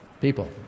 People